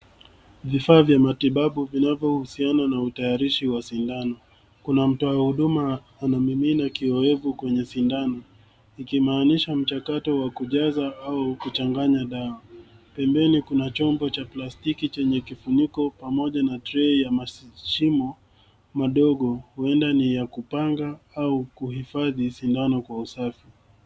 Vifaa vya matibabu vinavyohusiana na utayarishi wa sindano. Kuna mtu wa huduma anamimina kioevu kwenye sindano, ikimaanisha mchakato wa kujaza au kuchanganya dawa. Pembeni kuna chombo cha plastiki chenye kifuniko pamoja na tray ya mashimo madogo, huenda ni ya kupanga au kuhifadhi sindano kwa usafi.